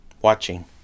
watching